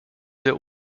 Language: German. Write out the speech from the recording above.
der